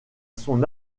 son